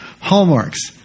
Hallmarks